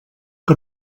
que